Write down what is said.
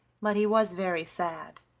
but he was very sad.